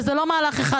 וזה לא מהלך אחד,